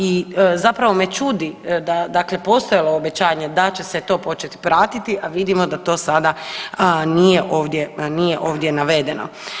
I zapravo me čudi da dakle postojalo obećanje da će se to početi pratiti, a vidimo da to sada nije ovdje, nije ovdje navedeno.